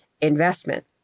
investment